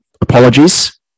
apologies